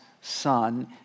son